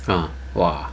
!huh! !wah!